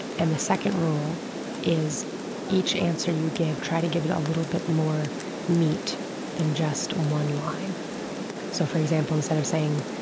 and the second rule is each answer you give, try to give it a little bit more meat than just one line so for example, instead of saying